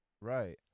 Right